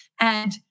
And-